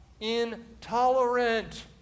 Intolerant